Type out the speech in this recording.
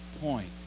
point